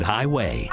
Highway